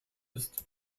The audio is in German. ist